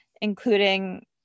including